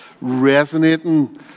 resonating